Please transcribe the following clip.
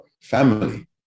family